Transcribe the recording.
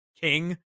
king